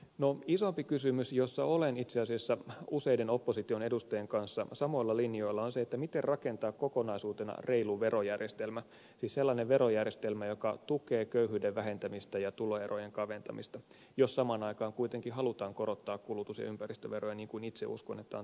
no isompi kysymys jossa olen itse asiassa useiden opposition edustajien kanssa samoilla linjoilla on se miten rakentaa kokonaisuutena reilu verojärjestelmä siis sellainen verojärjestelmä joka tukee köyhyyden vähentämistä ja tuloerojen kaventamista jos samaan aikaan kuitenkin halutaan korottaa kulutus ja ympäristöveroja niin kuin itse uskon että on tarpeen tehdä